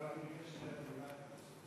לא, אני ביקשתי לרדת למטה.